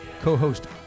co-host